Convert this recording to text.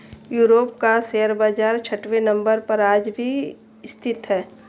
Europe का share बाजार छठवें नम्बर पर आज भी स्थित है